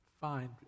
find